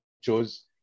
chose